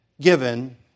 given